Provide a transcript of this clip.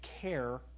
care